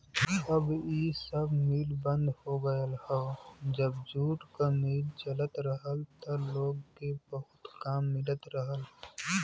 अब इ सब मिल बंद हो गयल हौ जब जूट क मिल चलत रहल त लोग के बहुते काम मिलत रहल